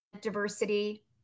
diversity